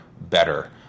better